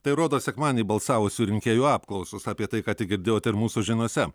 tai rodo sekmadienį balsavusių rinkėjų apklausos apie tai ką tik girdėjote ir mūsų žiniose